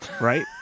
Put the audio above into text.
right